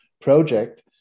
project